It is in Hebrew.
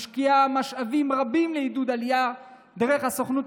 שמשקיעה משאבים רבים לעידוד עלייה, דרך הסוכנות,